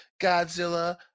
Godzilla